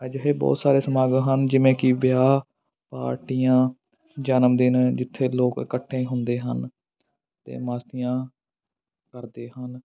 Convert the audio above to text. ਅਜਿਹੇ ਬਹੁਤ ਸਾਰੇ ਸਮਾਗਮ ਹਨ ਜਿਵੇਂ ਕਿ ਵਿਆਹ ਪਾਰਟੀਆਂ ਜਨਮਦਿਨ ਜਿੱਥੇ ਲੋਕ ਇਕੱਠੇ ਹੁੰਦੇ ਹਨ ਅਤੇ ਮਸਤੀਆਂ ਕਰਦੇ ਹਨ